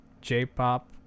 J-pop